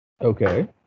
Okay